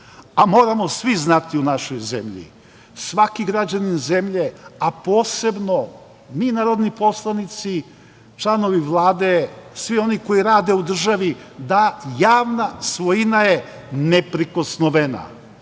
A, moramo svi znati u našoj zemlji, svaki građanin zemlje, a posebno mi narodni poslanici, članovi Vlade, svi oni koji rade u državi, da je javna svojina neprikosnovena.